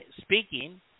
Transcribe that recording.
speaking